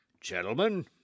Gentlemen